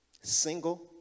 Single